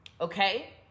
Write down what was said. okay